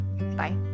Bye